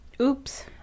oops